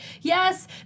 yes